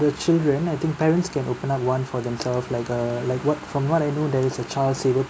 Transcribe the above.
the children I think parents can open up one for themselves like err like what from what I know there is a child saver